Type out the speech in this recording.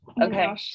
okay